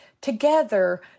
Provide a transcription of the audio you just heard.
together